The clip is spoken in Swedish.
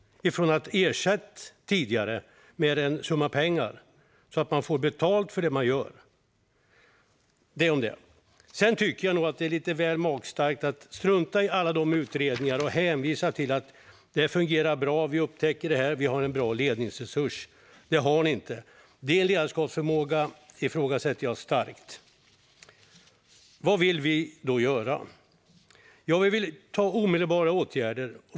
Men tidigare ersattes man med en summa pengar och fick betalt för det man gjorde. Sedan tycker jag nog att det är lite väl magstarkt, ministern, att strunta i alla utredningar och hänvisa till att det fungerar bra, att man upptäcker det här och att ni har en bra ledningsresurs. Det har ni inte. Din ledarskapsförmåga ifrågasätter jag starkt. Vad vill vi då göra? Vi vill vidta omedelbara åtgärder.